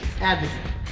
Advocate